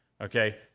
Okay